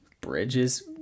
bridges